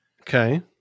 Okay